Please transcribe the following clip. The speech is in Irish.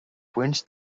baint